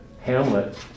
Hamlet